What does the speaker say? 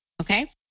Okay